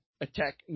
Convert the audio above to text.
attack